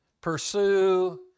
pursue